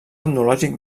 etnològic